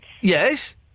Yes